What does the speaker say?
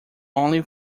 only